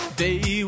day